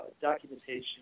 documentation